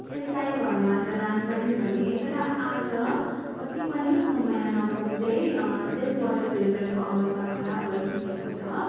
त्यसलाई घरमा जडान पनि गरेँ तर आज कत्ति पनि समय नपुग्दै त्यस वाटर फिल्टरको अवस्था खराब भइसकेको छ